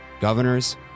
governors